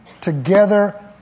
together